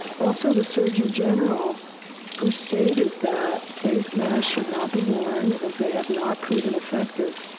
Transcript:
also the surgeon general who stated that face masks should not be worn as they have not proven effective.